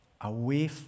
Away